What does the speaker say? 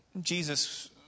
Jesus